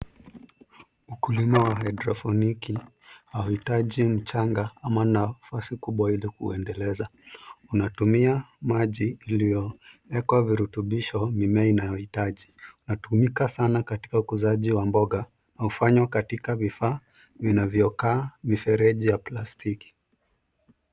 Ukulima wa haidroponiki hauhitaji mchanga ama nafasi kubwa ili kuendeleza. Unatumia maji iliyowekwa virutubisho mimea inayohitaji. Inatumika sana katika ukuzaji wa mboga hufanywa katika vifaa vinavyokaa mifereji ya plastiki.